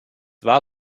war